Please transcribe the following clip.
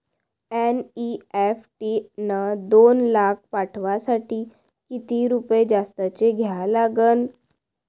NEFT न दोन लाख पाठवासाठी किती रुपये जास्तचे द्या लागन?